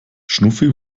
schnuffi